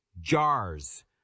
jars